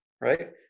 Right